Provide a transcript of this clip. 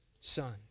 Son